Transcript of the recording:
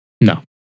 No